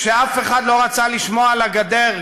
כשאף אחד לא רצה לשמוע על הגדר,